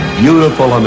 beautiful